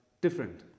different